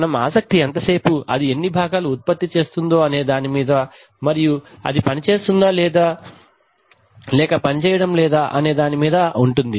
మన ఆసక్తి ఎంతసేపూ అది ఎన్ని భాగాలు ఉత్పత్తి చేస్తుందో అనే దానిమీద మరియు అది పని చేస్తుందా లేక పనిచేయడం లేదా అనే దాని మీద ఉంటుంది